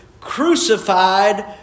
crucified